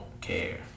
care